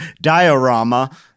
Diorama